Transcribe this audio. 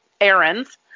errands